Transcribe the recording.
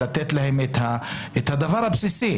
את הדבר הבסיסי